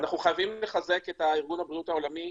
אנחנו חייבים לחזק את ארגון הבריאות העולמי.